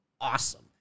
awesome